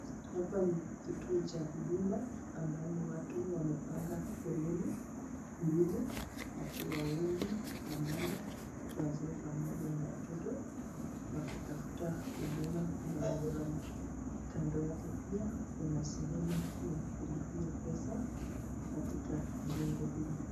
Hapa ni kituo ya huduma ambayo watu wamepanga foleni mbili wakiwa wengi wamama, wazee pamoja na watoto wakitafuta huduma mbalimbali. Kando yake pia kuna sehemu ya kulipia pesa katika jengo hili.